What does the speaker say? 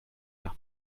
nach